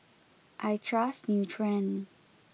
I trust Nutren